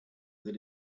that